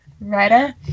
Writer